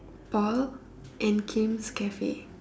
Paul and Kim's cafe